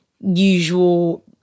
usual